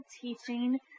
teaching